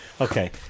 Okay